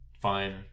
fine